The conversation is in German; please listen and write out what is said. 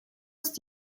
ist